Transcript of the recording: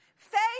Faith